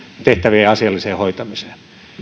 tehtävien asialliseen hoitamiseen nähden